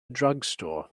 drugstore